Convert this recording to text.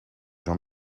jean